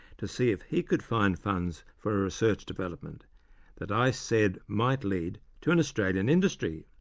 to see if he could find funds for a research development that i said might lead to an australian industry.